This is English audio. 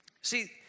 See